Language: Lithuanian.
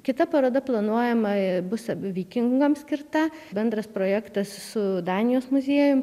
kita paroda planuojama bus vikingams skirta bendras projektas su danijos muziejum